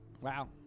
Wow